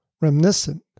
reminiscent